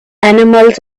animals